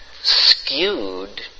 skewed